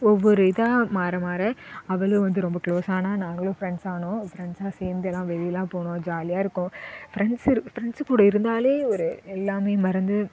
ஒவ்வொரு இதாக மாற மாற அவளும் வந்து ரொம்ப க்ளோஸ் ஆனாள் நாங்களும் ஃப்ரண்ட்ஸ் ஆனோம் ஃப்ரண்ட்ஸாக சேர்ந்தெல்லாம் வெளியில் போனோம் ஜாலியாக இருக்கும் ஃப்ரண்ட்ஸ் இரு ஃப்ரண்ட்ஸ் கூட இருந்தாலே ஒரு எல்லாமே மறந்து